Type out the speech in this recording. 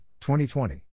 2020